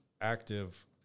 active